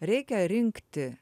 reikia rinkti